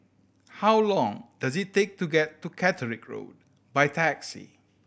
how long does it take to get to Catterick Road by taxi